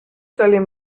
salem